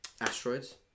Asteroids